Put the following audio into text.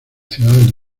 ciudades